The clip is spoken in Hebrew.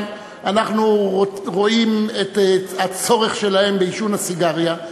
אנחנו רואים את הצורך שלהם בעישון הסיגריה,